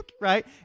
Right